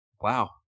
Wow